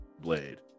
blade